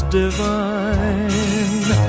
divine